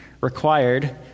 required